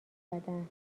زدن